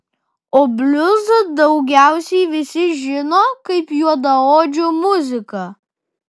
o bliuzą daugiausiai visi žino kaip juodaodžių muziką